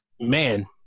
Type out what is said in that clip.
man